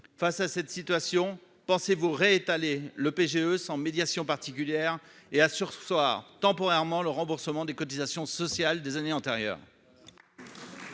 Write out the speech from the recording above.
face à cette situation, pensez-vous ré-étaler le PGE sans médiation particulière et à surseoir temporairement le remboursement des cotisations sociales des années antérieures.